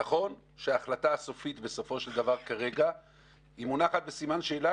נכון שההחלטה הסופית כרגע מונחת בסימן שאלה,